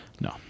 No